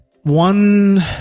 One